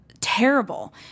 Terrible